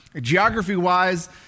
geography-wise